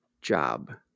job